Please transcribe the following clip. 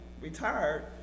retired